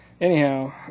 Anyhow